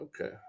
okay